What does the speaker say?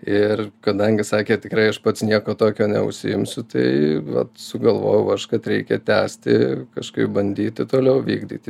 ir kadangi sakė tikrai aš pats nieko tokio neužsiimsiu tai va sugalvojau aš kad reikia tęsti kažkaip bandyti toliau vykdyti